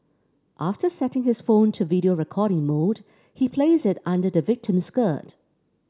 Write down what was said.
after setting his phone to video recording mode he placed it under the victim's skirt